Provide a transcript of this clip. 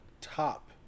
Top